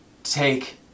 Take